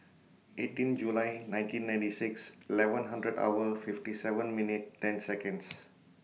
eighteen July nineteen ninety six eleven hundred hour fifty seven minute ten Seconds